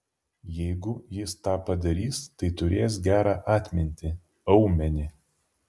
jeigu jis tą padarys tai turės gerą atmintį aumenį